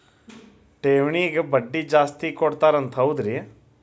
ಠೇವಣಿಗ ಬಡ್ಡಿ ಜಾಸ್ತಿ ಕೊಡ್ತಾರಂತ ಹೌದ್ರಿ?